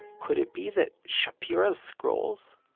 could it be that shapira's scrolls,